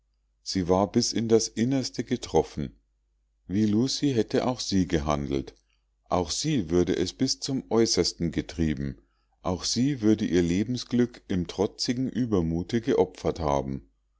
sie war bis in das innerste getroffen wie lucie hätte auch sie gehandelt auch sie würde es bis zum aeußersten getrieben auch sie würde ihr lebensglück im trotzigen uebermute geopfert haben